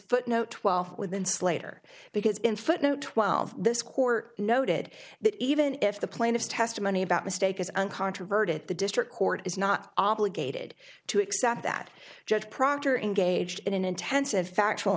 footnote twelve within slater because in footnote twelve this court noted that even if the plaintiffs testimony about mistake is uncontroverted the district court is not obligated to accept that judge proctor engaged in an intensive factual